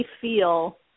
feel